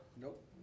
Nope